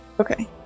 Okay